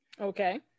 Okay